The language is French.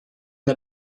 n’a